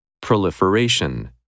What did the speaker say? PROLIFERATION